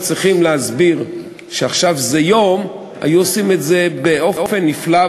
מבקש לברך את כל אלה שהשתתפו ועזרו בהעברת החוק בקריאה שלישית.